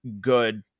good